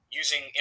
using